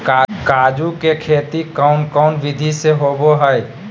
काजू के खेती कौन कौन विधि से होबो हय?